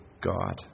God